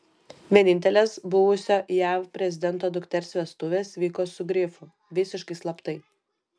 vienintelės buvusio jav prezidento dukters vestuvės vyko su grifu visiškai slaptai